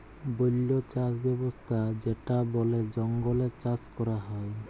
বল্য চাস ব্যবস্থা যেটা বলে জঙ্গলে চাষ ক্যরা হ্যয়